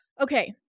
okay